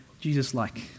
Jesus-like